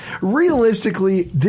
Realistically